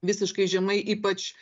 visiškai žemai ypač